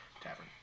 tavern